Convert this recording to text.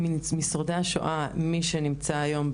רף שאנחנו חושבים ששורד שואה צריך להתקיים ממנו,